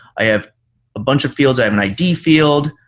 i have a bunch of fields. i have an id field.